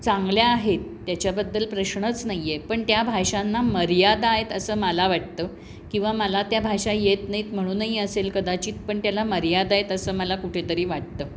चांगल्या आहेत त्याच्याबद्दल प्रश्नच नाही आहे पण त्या भाषांना मर्यादा आहेत असं मला वाटतं किंवा मला त्या भाषा येत नाहीत म्हणूनही असेल कदाचित पण त्याला मर्यादा आहेत मला कुठेतरी वाटतं